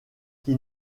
qui